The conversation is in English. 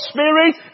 Spirit